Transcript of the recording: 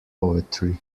poetry